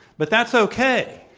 but that's okay.